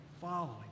following